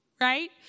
right